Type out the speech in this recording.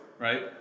right